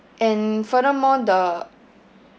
and furthermore the